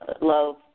love